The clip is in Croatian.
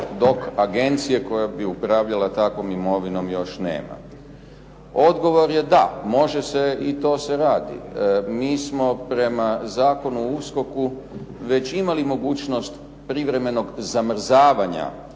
dok agencija koja bi upravljanja takvom imovinom još nema. Odgovor je da, može se i to se radi. Mi smo prema Zakonu o USKOK-u već imali mogućnost privremenog zamrzavanja